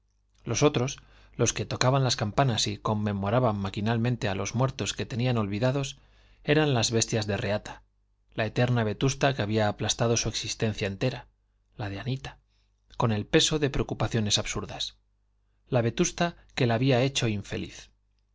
otros los que tocaban las campanas y conmemoraban maquinalmente a los muertos que tenían olvidados eran las bestias de reata la eterna vetusta que había aplastado su existencia entera la de anita con el peso de preocupaciones absurdas la vetusta que la había hecho infeliz